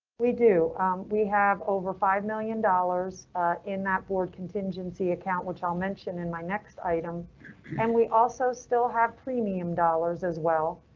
we do we have over five million dollars in that board contingency account, which i'll mention in my next item and we also still have premium dollars as well.